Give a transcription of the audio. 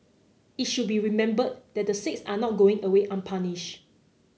it should be remembered that the six are not going away